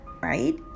right